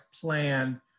plan